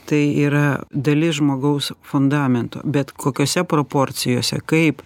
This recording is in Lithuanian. tai yra dalis žmogaus fundamento bet kokiose proporcijose kaip